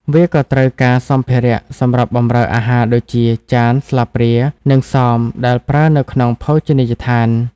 វាក៏ត្រូវការសម្ភារៈសម្រាប់បម្រើអាហារដូចជាចាន ស្លាបព្រា និងសមដែលប្រើនៅក្នុងភោជនីយដ្ឋាន។